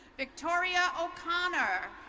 victoria, o'conner.